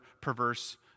perverse